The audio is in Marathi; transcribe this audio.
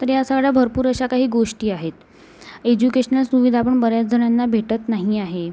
तर या सगळ्या भरपूर अशा काही गोष्टी आहेत एज्युकेशनल सुविधा पण बऱ्याच जणांना भेटत नाही आहे